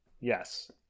Yes